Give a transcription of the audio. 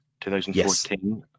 2014